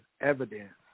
evidence